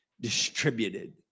distributed